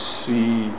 see